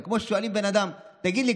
זה כמו ששואלים בן אדם: תגיד לי,